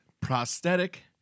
Prosthetic